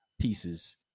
pieces